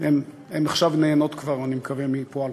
והן כבר נהנות עכשיו, אני מקווה, מפועלך.